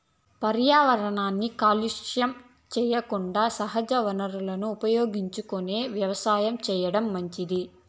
పర్యావరణాన్ని కలుషితం సెయ్యకుండా సహజ వనరులను ఉపయోగించుకొని వ్యవసాయం చేయటం మంచిది